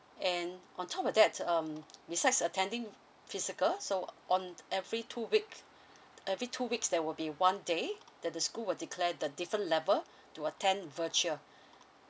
and on top of that um besides attending physical so on every two weeks every two weeks there will be one day that the school will declare the different level to attend virtual